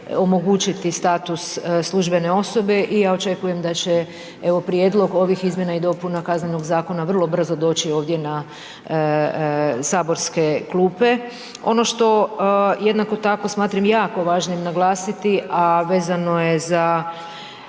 omogućiti status službene osobe i ja očekujem da će, evo, prijedlog ovih izmjena i dopuna Kaznenog zakona vrlo brzo doći ovdje na saborske klupe. Ono što jednako tako smatram jako važnim naglasiti, a vezano je za